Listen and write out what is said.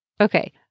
Okay